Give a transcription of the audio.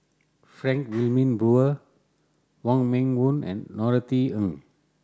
Frank Wilmin Brewer Wong Meng Voon and Norothy Ng